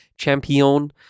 Champion